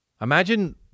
Imagine